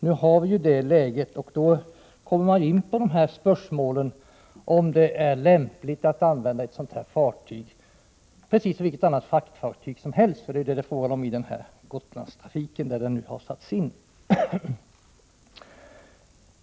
Nu har vi emellertid den situationen, och då kommer man in på spörsmålet, om det är lämpligt att använda ett sådant här fartyg precis som vilket annat fraktfartyg som helst, vilket det ju är fråga om i denna Gotlandstrafik, där fartyget nu satts in.